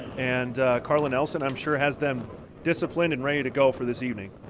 and carla nelson, i'm sure, has them disciplined and ready to go for this evening.